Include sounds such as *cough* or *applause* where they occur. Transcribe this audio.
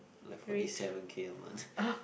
like forty seven K a month *noise*